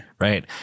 Right